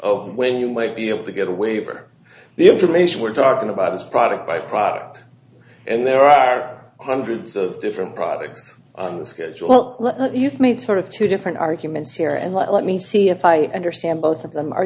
over when you might be able to get a waiver the information we're talking about is product by product and there are hundreds of different products on the schedule i'll let you've made sort of two different arguments here and let me see if i understand both of them are